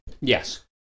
Yes